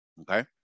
Okay